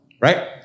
Right